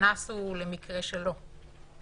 הקנס הוא למקרה שלא.